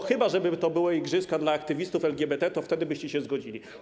Chyba że to by były igrzyska dla aktywistów LGBT, to wtedy byście się zgodzili.